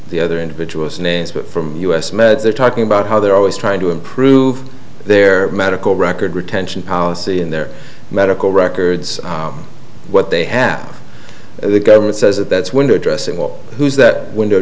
the other individuals names but from us meds they're talking about how they're always trying to improve their medical record retention policy in their medical records what they have the government says that that's window dressing or who's that window